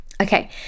Okay